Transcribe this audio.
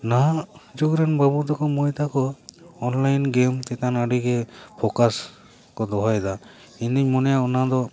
ᱱᱟᱦᱟᱜ ᱡᱩᱜᱽ ᱨᱮᱱ ᱵᱟᱹᱵᱩ ᱛᱟᱠᱚ ᱢᱟᱹᱭ ᱛᱟᱠᱚ ᱚᱱᱞᱟᱭᱤᱱ ᱜᱮᱹᱢ ᱪᱮᱛᱟᱱ ᱟᱹᱰᱤ ᱜᱮ ᱯᱷᱟᱠᱟ ᱠᱚ ᱫᱚᱦᱚᱭᱮᱫᱟ ᱤᱧ ᱫᱩᱧ ᱢᱚᱱᱮᱭᱟ ᱚᱱᱟ ᱫᱚ